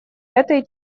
этой